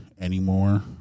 anymore